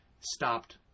stopped